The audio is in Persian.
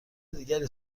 دیگری